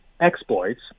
exploits